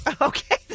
Okay